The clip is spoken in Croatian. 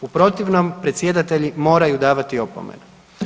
U protivnom, predsjedavatelji moraju davati opomene.